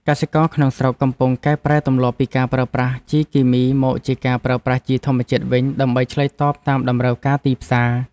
កសិករក្នុងស្រុកកំពុងកែប្រែទម្លាប់ពីការប្រើប្រាស់ជីគីមីមកជាការប្រើប្រាស់ជីធម្មជាតិវិញ ដើម្បីឆ្លើយតបតាមតម្រូវការទីផ្សារ។